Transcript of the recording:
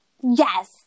Yes